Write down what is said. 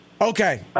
Okay